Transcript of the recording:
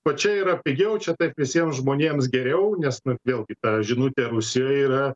va čia yra pigiau čia taip visiems žmonėms geriau nes na vėlgi ta žinutė rusijoj yra